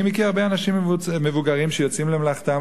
אני מכיר הרבה אנשים מבוגרים שיוצאים למלאכתם,